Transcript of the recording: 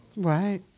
Right